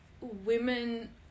women